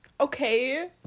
Okay